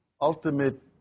ultimate